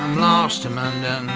i'm lost um and and